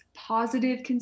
Positive